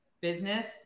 business